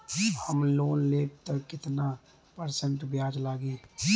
हम लोन लेब त कितना परसेंट ब्याज लागी?